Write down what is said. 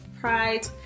pride